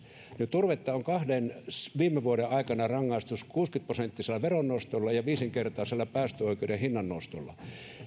turvetta on kahden viime vuoden aikana rangaistu kuusikymmentä prosenttisella veronnostolla ja viisinkertaisella päästöoikeuden hinnannostolla